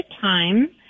time